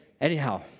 Anyhow